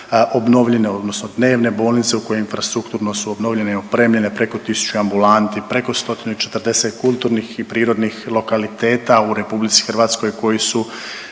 obnovljene, odnosno dnevne bolnice u kojima infrastrukturno su obnovljene, opremljene preko 1000 ambulanti, preko 140 kulturnih i prirodnih lokaliteta u Republici Hrvatskoj koji su